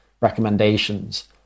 recommendations